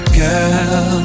girl